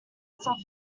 softly